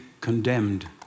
condemned